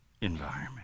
environment